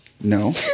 No